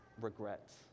regrets